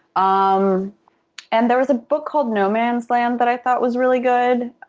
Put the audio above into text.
um and there was a book called no man's land that i thought was really good.